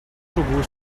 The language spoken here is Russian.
другую